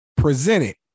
Presented